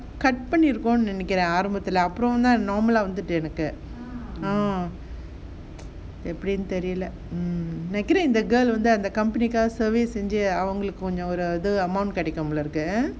cut பண்ணி இருக்குன்னு நினைக்குறேன் ஆரம்பத்துல அப்பறம் தான்:panni irukkumnu ninaikuren aarambathula apram thaan normal வந்துட்டு இருக்கு:vanthuttu irukku ah எப்படின்னு தெரில:eppadinnu therila mm நினைக்குறேன் இந்த:ninaikuren intha the girl அந்த:antha the company service செஞ்சு அவங்களுக்காக ஒரு:senju avangalukaaga oru amount கிடைக்கும் போல இருக்கு:kidaikum pola